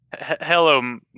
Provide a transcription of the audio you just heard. hello